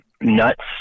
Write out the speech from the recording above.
nuts